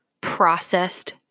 processed